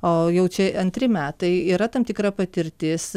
o jau čia antri metai yra tam tikra patirtis